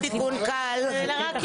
מירב,